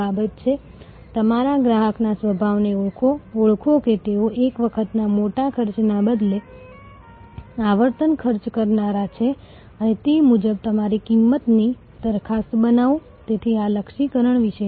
અને તે એટલા માટે છે કારણ કે જો તમે અમુક ઉચ્ચ મૂલ્યોની સેવાઓમાં હોવ તો લાંબા ગાળાના ગ્રાહક અમુક કિંમતમાં ડિસ્કાઉન્ટની અપેક્ષા રાખશે